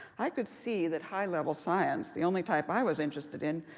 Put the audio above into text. i could see that high level science, the only type i was interested in,